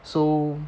so